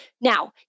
now